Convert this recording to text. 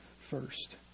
first